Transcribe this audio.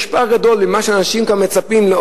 יש פער גדול בין מה שאנשים כאן מצפים לו,